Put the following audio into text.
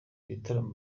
ibitaramo